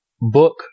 book